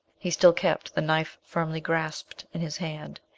he still kept the knife firmly grasped in his hand,